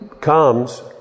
comes